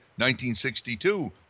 1962